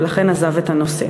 ולכן עזב את הנושא.